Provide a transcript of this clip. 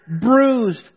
bruised